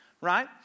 Right